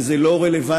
שזה לא רלוונטי.